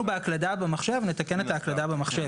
בהקלטה במחשב נתקן את ההקלדה במחשב.